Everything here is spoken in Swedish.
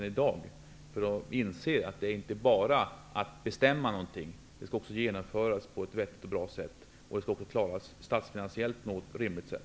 Socialdemokraterna skulle då inse att det inte är att enbart bestämma någonting utan att man också skall kunna genomföra besluten på ett vettigt och bra sätt. Man skall också klara av att genomföra besluten på ett statsfinansiellt rimligt sätt.